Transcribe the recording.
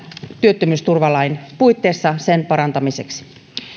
työttömyysturvalain puitteissa sen parantamiseksi